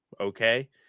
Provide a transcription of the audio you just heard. okay